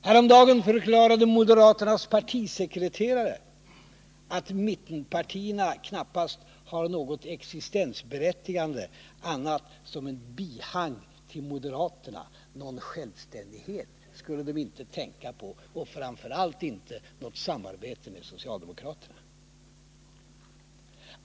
Häromdagen förklarade moderaternas partisekreterare att mittenpartierna knappast har något existensberättigande, annat än som bihang till moderaterna. Någon självständighet skulle de inte tänka på och framför allt inte något samarbete med socialdemokraterna.